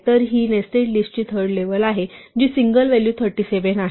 तर ही नेस्टेड लिस्टची थर्ड लेवल आहे जी सिंगल व्हॅल्यू 37 आहे